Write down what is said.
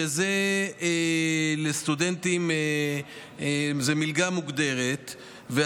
שזה מלגה מוגדרת לסטודנטים,